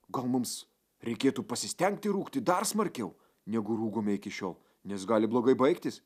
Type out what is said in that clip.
gal mums reikėtų pasistengti rūgti dar smarkiau negu rūgome iki šiol nes gali blogai baigtis